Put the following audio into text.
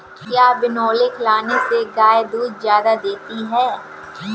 क्या बिनोले खिलाने से गाय दूध ज्यादा देती है?